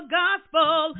gospel